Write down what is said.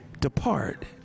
depart